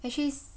and she's